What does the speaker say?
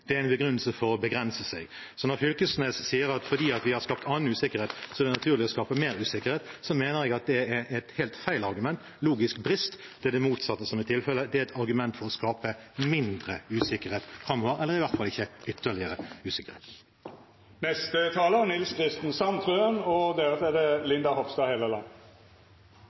er det en begrunnelse for å begrense seg. Så når representanten Knag Fylkesnes sier at fordi vi har skapt annen usikkerhet, er det naturlig å skape mer usikkerhet, mener jeg at det er et helt feil argument, det er en logisk brist. Det er det motsatte som er tilfellet, det er et argument for skape mindre usikkerhet framover, eller i hvert fall ikke ytterligere usikkerhet. Naturressurser – vann, fisk, jord og skog: Det er